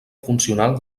funcional